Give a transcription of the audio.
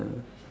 yeah